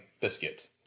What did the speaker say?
biscuit